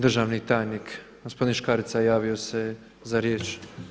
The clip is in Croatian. Državni tajnik gospodin Škarica javio se za riječ.